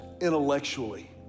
intellectually